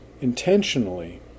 intentionally